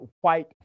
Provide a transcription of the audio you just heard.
white